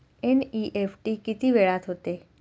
NEFT किती वेळात होते?